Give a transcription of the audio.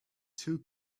two